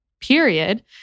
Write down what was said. period